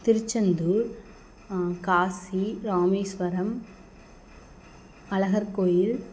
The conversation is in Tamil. திருச்செந்தூர் காசி ராமேஸ்வரம் அழகர் கோயில்